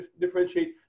differentiate